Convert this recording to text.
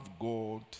God